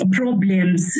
problems